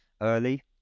early